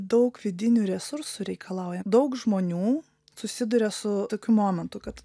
daug vidinių resursų reikalauja daug žmonių susiduria su tokiu momentu kad